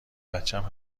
بچم